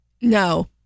No